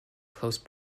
close